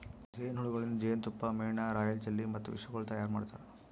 ಜೇನು ಹುಳಗೊಳಿಂದ್ ಜೇನತುಪ್ಪ, ಮೇಣ, ರಾಯಲ್ ಜೆಲ್ಲಿ ಮತ್ತ ವಿಷಗೊಳ್ ತೈಯಾರ್ ಮಾಡ್ತಾರ